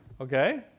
okay